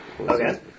Okay